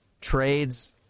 trades